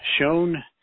shown